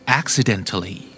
accidentally